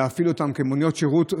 להפעיל אותן כמוניות שירות,